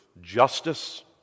justice